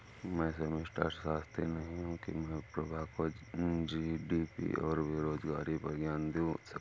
मैं समष्टि अर्थशास्त्री नहीं हूं की मैं प्रभा को जी.डी.पी और बेरोजगारी पर ज्ञान दे सकूं